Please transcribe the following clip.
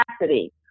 capacity